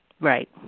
Right